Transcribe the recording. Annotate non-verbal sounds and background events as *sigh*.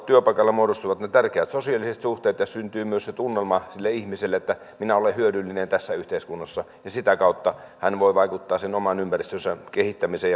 *unintelligible* työpaikalla muodostuvat ne tärkeät sosiaaliset suhteet ja syntyy myös se tunnelma ihmiselle että minä olen hyödyllinen tässä yhteiskunnassa ja sitä kautta hän voi vaikuttaa oman ympäristönsä kehittämiseen *unintelligible*